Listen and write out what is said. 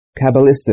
Kabbalistic